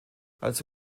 als